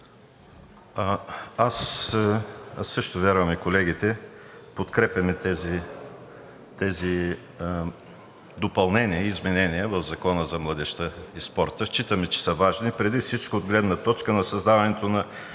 а също вярвам и колегите, подкрепяме тези допълнения и изменения в Закона за младежта и спорта. Считаме, че са важни преди всичко от гледна точка на създаването на